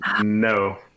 No